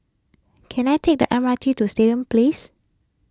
can I take the M R T to Stadium Place